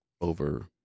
over